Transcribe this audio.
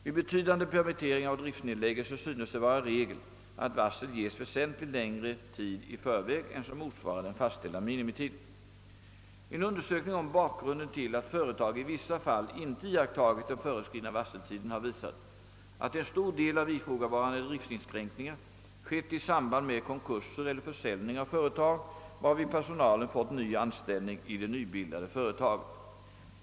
Vid betydande permitteringar och driftsnedläggelser synes det vara regel, att varsel ges väsentligt längre tid i förväg än som motsvarar den fastställda minimitiden. En undersökning om bakgrunden till att företag i vissa fall inte iakttagit den föreskrivna varseltiden har visat, att en stor del av ifrågavarande driftsinskränkningar skett i samband med konkurser eller försäljning av företag, varvid personalen fått ny anställning i det nybildade företaget.